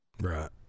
Right